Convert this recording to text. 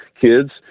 kids